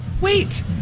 wait